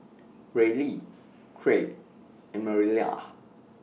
Ryley Kraig and Mariela